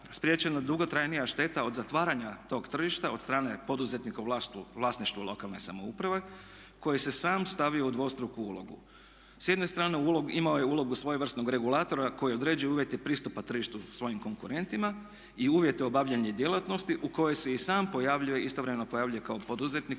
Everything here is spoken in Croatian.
spriječena dugotrajnija šteta od zatvaranja tog tržišta od strane poduzetnika u vlasništvu lokalne samouprave koji se sam stavio u dvostruku ulogu. S jedne strane imao je ulogu svojevrsnog regulatora koji određuje uvjete pristupa tržištu svojim konkurentima i uvjete obavljanja djelatnosti u kojoj se i sam pojavljuje, istovremeno pojavljuje kao poduzetnik